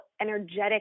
energetic